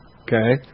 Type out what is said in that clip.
okay